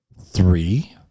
three